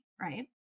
right